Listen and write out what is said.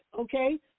okay